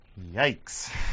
Yikes